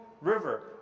river